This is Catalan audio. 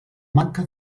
manca